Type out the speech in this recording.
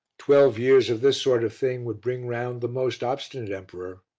twelve years of this sort of thing would bring round the most obstinate emperor.